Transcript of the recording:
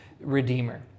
Redeemer